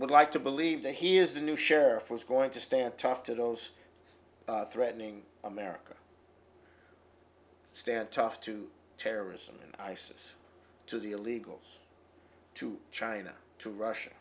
would like to believe that he is the new sheriff was going to stand tough to those threatening america stand tough to terrorism and isis to the illegals to china to russia